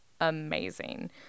amazing